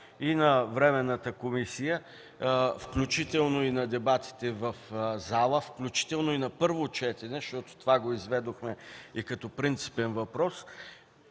и на временната комисия, включително и на дебатите в залата, включително и на първо четене, защото това го изведохме като принципен въпрос,